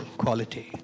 quality